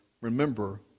remember